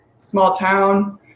small-town